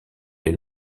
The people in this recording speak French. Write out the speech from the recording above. les